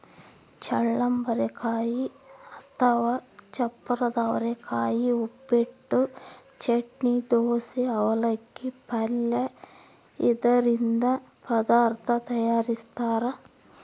ಚಳ್ಳಂಬರೆಕಾಯಿ ಅಥವಾ ಚಪ್ಪರದವರೆಕಾಯಿ ಉಪ್ಪಿಟ್ಟು, ಚಟ್ನಿ, ದೋಸೆ, ಅವಲಕ್ಕಿ, ಪಲ್ಯ ಇದರಿಂದ ಪದಾರ್ಥ ತಯಾರಿಸ್ತಾರ